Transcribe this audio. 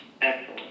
Excellent